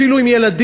אפילו עם ילדים,